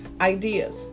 ideas